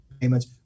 payments